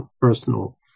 personal